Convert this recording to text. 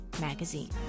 magazine